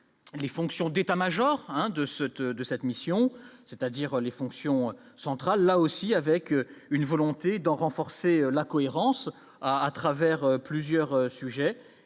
les fonctions d'État-Major un de ce type de cette mission, c'est-à-dire les fonctions centrales là aussi avec une volonté d'en renforcer la cohérence à à travers plusieurs sujets